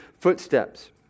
footsteps